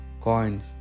Coins